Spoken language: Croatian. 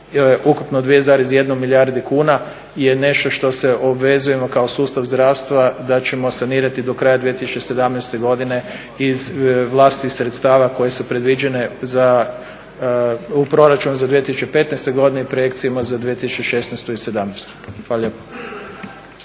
ukupno 2,1 milijardi kuna je nešto što se obvezujemo kao sustav zdravstva da ćemo sanirati do kraja 2017. godine iz vlastitih sredstava koje su predviđene u Proračun za 2015. godinu i projekcije za 2016. i 2017. Hvala